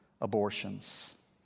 abortions